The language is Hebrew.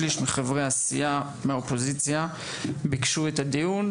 שליש מחברי הסיעה ביקשו את הדיון,